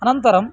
अनन्तरं